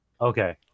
Okay